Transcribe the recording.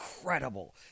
incredible